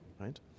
right